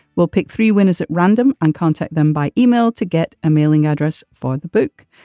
we'll pick three winners at random and contact them by email to get a mailing address for the book.